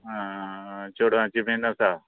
आं चेडावाचे बीन आसा